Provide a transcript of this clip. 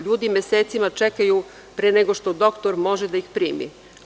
Ljudi mesecima čekaju pre nego što doktor može da ih primi.